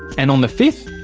and on the fifth?